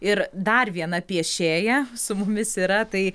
ir dar viena piešėja su mumis yra tai